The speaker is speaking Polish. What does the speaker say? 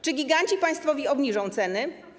Czy giganci państwowi obniżą ceny?